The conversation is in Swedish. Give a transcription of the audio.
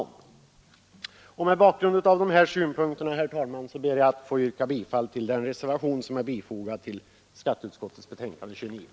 Mot bakgrund av dessa synpunkter, herr talman, ber jag att få yrka bifall till den reservation som är fogad till skatteutskottets betänkande nr 29.